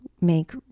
make